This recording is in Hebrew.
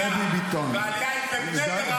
ועוד ציבור שלם נפגע.